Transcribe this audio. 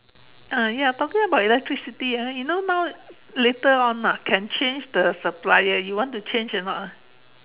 ah ya talking about electricity ah you know now later on ah can change the supplier you want to change or not ah